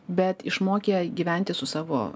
bet išmokę gyventi su savo